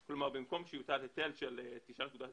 כלומר, במקום שיוטל היטל של 9.3%,